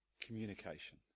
Communication